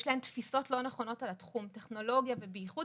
יש להן תפיסות לא נכונות על תחום הטכנולוגיה ובייחוד